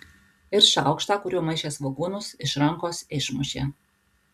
ir šaukštą kuriuo maišė svogūnus iš rankos išmušė